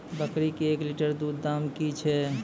बकरी के एक लिटर दूध दाम कि छ?